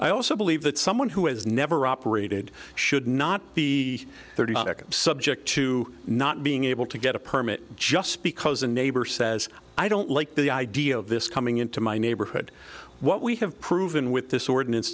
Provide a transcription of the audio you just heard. i also believe that someone who has never operated should not be subject to not being able to get a permit just because a neighbor says i don't like the idea of this coming into my neighborhood what we have proven with this ordinance